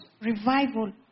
revival